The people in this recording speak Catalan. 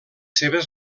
seves